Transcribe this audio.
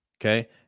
Okay